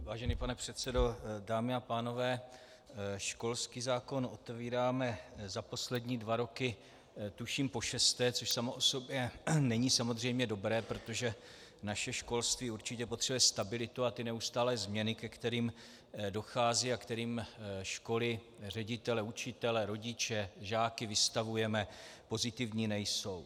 Vážený pane předsedo, dámy a pánové, školský zákon otevíráme za poslední dva roky tuším pošesté, což samo o sobě není samozřejmě dobré, protože naše školství určitě potřebuje stabilitu a ty neustálé změny, ke kterým dochází a kterým školy, ředitelé, učitelé, rodiče žáky vystavujeme, pozitivní nejsou.